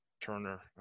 Turner